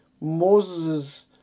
Moses